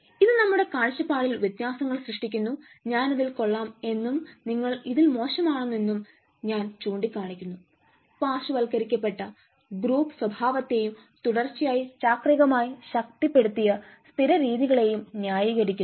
ഇത് നമ്മുടെ കാഴ്ചപ്പാടിൽ വ്യത്യാസങ്ങൾ സൃഷ്ടിക്കുന്നു ഞാനിതിൽ കൊള്ളാം എന്നും നിങ്ങൾ ഇതിൽ മോശമാണെന്ന് എന്നും ഞാൻ ചൂണ്ടിക്കാണിക്കുന്നു പാർശ്വവൽക്കരിക്കപ്പെട്ട ഗ്രൂപ്പ് സ്വഭാവത്തെയും തുടർച്ചയായ ചാക്രികമായി ശക്തിപ്പെടുത്തിയ സ്ഥിരരീതികളെയും ന്യായീകരിക്കുന്നു